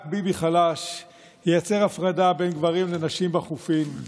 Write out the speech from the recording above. רק ביבי חלש ייצר הפרדה בין גברים לנשים בחופים,